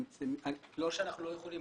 לא שאנחנו לא יכולים,